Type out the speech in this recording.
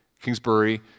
Kingsbury